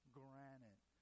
granite